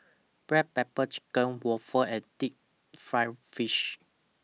Black Pepper Chicken Waffle and Deep Fried Fish